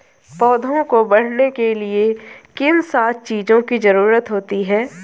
पौधों को बढ़ने के लिए किन सात चीजों की जरूरत होती है?